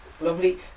Lovely